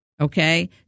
okay